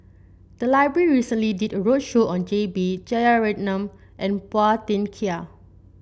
the library recently did a roadshow on J B Jeyaretnam and Phua Thin Kiay